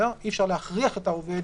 אי-אפשר להכריח את העובד